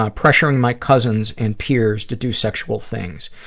um pressuring my cousins and peers to do sexual things.